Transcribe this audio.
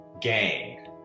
gang